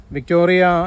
Victoria